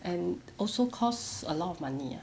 and also cost a lot of money